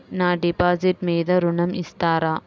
నా డిపాజిట్ మీద ఋణం ఇస్తారా?